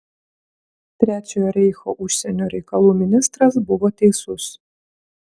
trečiojo reicho užsienio reikalų ministras buvo teisus